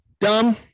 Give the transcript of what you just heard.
dumb